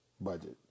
Budget